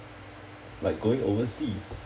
like going overseas